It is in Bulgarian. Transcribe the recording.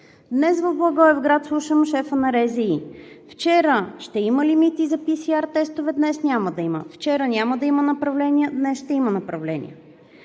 Днес в Благоевград слушам шефа на РЗИ – вчера ще има лимити за PCR тестове, днес няма да има; вчера няма да има направления, днес ще има направления.